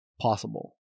possible